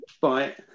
Bye